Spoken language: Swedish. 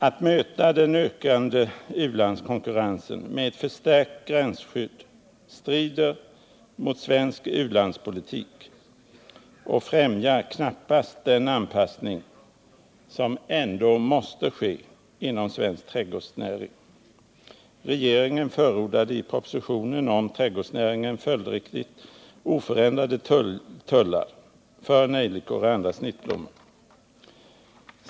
Att möta den ökande u-landskonkurrensen med en förstärkning av gränsskyddet strider mot svensk u-landspolitik och främjar knappast den anpassning som ändå måste ske inom svensk trädgårdsnäring. Regeringen förordade i propositionen om trädgårdsnäringen följdriktigt oförändrade tullar för nejlikor och andra snittblommor.